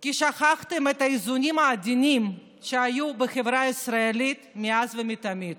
כי שכחתם את האיזונים העדינים שהיו בחברה הישראלית מאז ומתמיד.